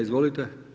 Izvolite.